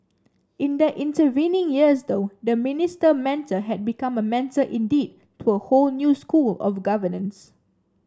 in the intervening years though the Minister Mentor had become a mentor indeed to a whole new school of governance